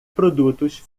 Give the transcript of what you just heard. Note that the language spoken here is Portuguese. produtos